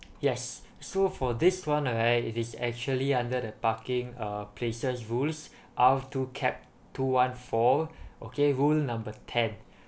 yes so for this one right it is actually under the parking uh place's rule R two cap two one four okay rule number ten